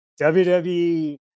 WWE